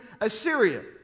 Assyria